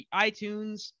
iTunes